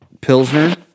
Pilsner